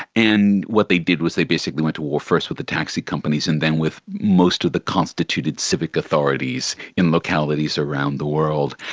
and what they did was they basically went to war first with the taxi companies and then with the most of the constituted civic authorities in localities around the world.